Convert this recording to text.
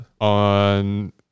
on